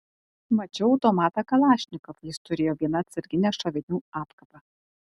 mačiau automatą kalašnikov jis turėjo vieną atsarginę šovinių apkabą